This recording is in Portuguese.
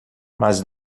mas